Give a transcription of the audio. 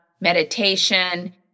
meditation